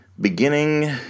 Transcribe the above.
Beginning